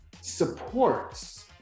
supports